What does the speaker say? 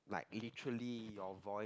like literally your voice